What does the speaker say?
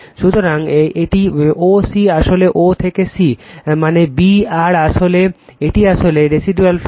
সুতরাং এটি o c আসলে o থেকে c মানে B r এটি আসলে রেসিডুয়াল ফ্লাক্স